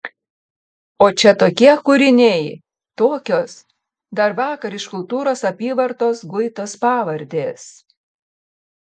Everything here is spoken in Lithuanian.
o čia tokie kūriniai tokios dar vakar iš kultūros apyvartos guitos pavardės